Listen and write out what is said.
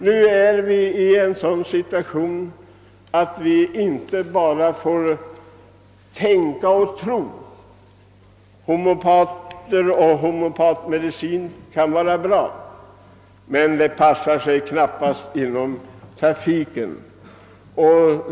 Nu befinner vi oss i ett sådant läge att vi inte bara får tänka och tro. Homeopater och homeopatmedicin kan vara bra, men de passar knappast inom trafiken.